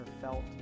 felt